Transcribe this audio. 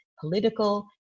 political